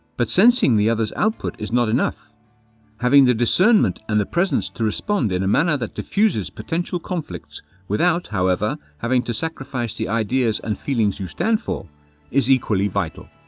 but sensing the others' output is not enough having the discernment and the presence to respond in a manner that defuses potential conflicts without, however, having to sacrifice the ideas and feelings you stand for is equally vital.